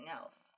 else